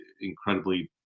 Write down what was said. incredibly